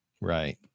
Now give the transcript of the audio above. Right